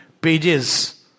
pages